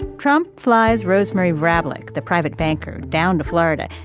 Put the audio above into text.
trump flies rosemary vrablic, the private banker, down to florida.